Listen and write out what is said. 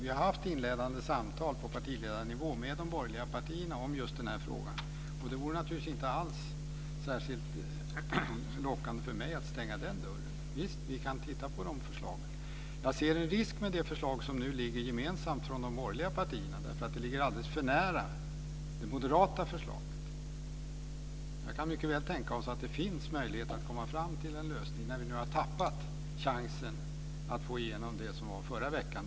Vi har haft inledande samtal på partiledarnivå med de borgerliga partierna om just den frågan. Det vore inte alls särskilt lockande för mig att stänga den dörren. Visst kan vi titta på de förslagen. Jag ser en risk med det förslag som nu ligger gemensamt från de borgerliga partierna. Det ligger alldeles för nära det moderata förslaget. Jag kan mycket väl tänka mig att det finns möjlighet att komma fram till en lösning när vi nu har tappat chansen att få igenom det som fanns förra veckan.